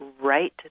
right